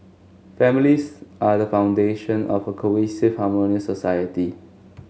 families are the foundation of a cohesive harmonious society